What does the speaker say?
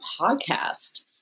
podcast